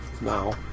now